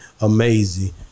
amazing